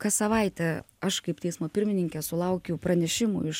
kas savaitę aš kaip teismo pirmininkė sulaukiu pranešimų iš